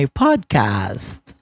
podcast